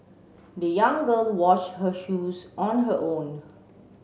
the young girl wash her shoes on her own